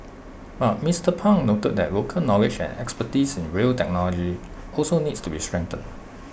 but Mister pang noted that local knowledge and expertise in rail technology also needs to be strengthened